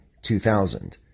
2000